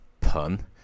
pun